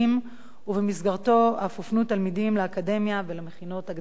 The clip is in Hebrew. ובמסגרתו אף הופנו תלמידים לאקדמיה ולמכינות הקדם-אקדמיות.